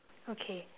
okay